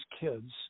kids